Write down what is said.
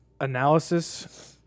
analysis